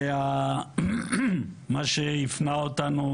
ומה שהפנה אותנו